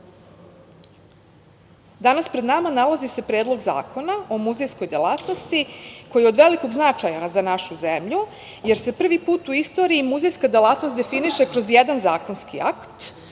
ruho. Danas pred nama, nalazi se Predlog zakona o muzejskoj delatnosti koji je od velikog značaja za našu zemlju, jer se prvi put u istoriji muzejska delatnost definiše kroz jedan zakonski akt,